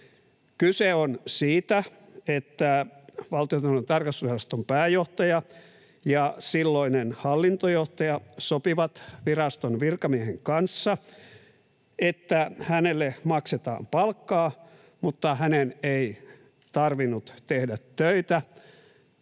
Kyse on siitä, että Valtiontalouden tarkastusviraston pääjohtaja ja silloinen hallintojohtaja sopivat viraston virkamiehen kanssa, että tälle maksetaan palkkaa mutta tämän ei tarvinnut tehdä töitä